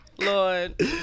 Lord